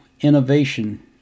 innovation